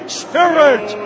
spirit